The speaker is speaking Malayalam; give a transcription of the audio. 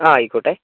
ആ ആയിക്കോട്ടെ